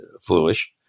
foolish